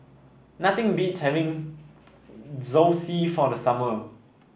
nothing beats having Zosui for the summer